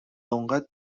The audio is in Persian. اونقدر